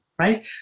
right